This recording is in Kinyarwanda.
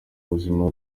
buzima